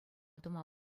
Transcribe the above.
тума